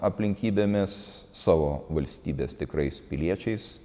aplinkybėmis savo valstybės tikrais piliečiais